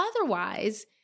otherwise